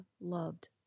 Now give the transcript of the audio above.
loved